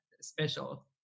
special